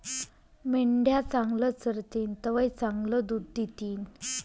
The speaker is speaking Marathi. मेंढ्या चांगलं चरतीन तवय चांगलं दूध दितीन